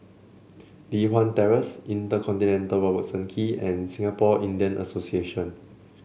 Li Hwan Terrace InterContinental Robertson Quay and Singapore Indian Association